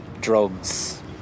drugs